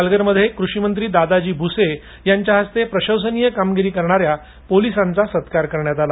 पालघरमध्ये कृषिमंत्री दादाजी भुसे यांच्या हस्ते प्रशंसनीय कामगिरी करणा या पोलीसांचा सत्कार करण्यात आला